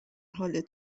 حال